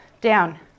down